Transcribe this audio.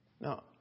No